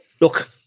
Look